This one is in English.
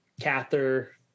Cather